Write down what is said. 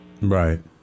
Right